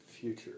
future